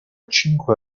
cinque